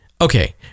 Okay